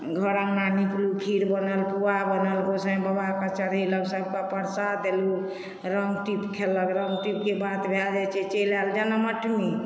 घर अङ्गना निपलहुँ खीर बनेलहुँ पुआ बनल गोसाइँ बाबाकेँ चढ़ेलक सभकेँ प्रसाद देलहुँ रङ्ग टिप खेललक रङ्ग टिपके बाद भए जाइत छै चलि आयल जन्मअष्टमी